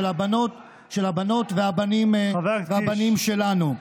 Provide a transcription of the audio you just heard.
של הבנות והבנים שלנו.